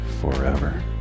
forever